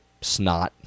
snot